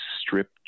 strip